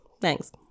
thanks